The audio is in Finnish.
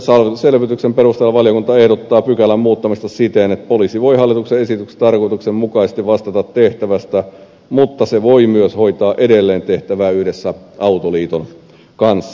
saadun selvityksen perusteella valiokunta ehdottaa pykälän muuttamista siten että poliisi voi hallituksen esityksen tarkoituksen mukaisesti vastata tehtävästä mutta se voi myös edelleen hoitaa tehtävää yhdessä autoliiton kanssa